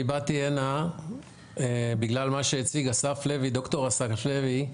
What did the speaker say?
אני באתי הנה בגלל מה שהציג אסף לוי, ד"ר אסף לוי,